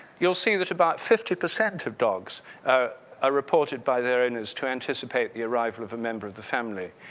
you'll see that about fifty percent of dogs are ah reported by their owners to anticipate the arrival of a member of the family.